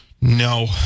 No